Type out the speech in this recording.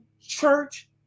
church